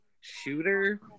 Shooter